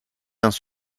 dans